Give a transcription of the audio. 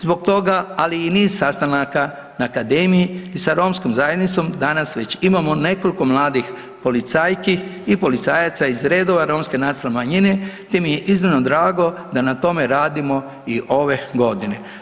Zbog toga ali i niz sastanaka na akademiji i sa romskom zajednicom danas već imamo nekoliko mladih policajki i policajaca iz redova Romske nacionalne manjine te mi je iznimno drago da na tome radimo i ove godine.